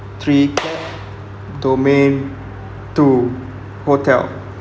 three clap domain two hotel